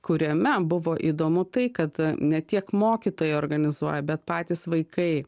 kuriame buvo įdomu tai kad a ne tiek mokytojai organizuoja bet patys vaikai